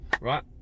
right